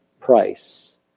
price